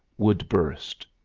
would burst.